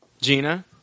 Gina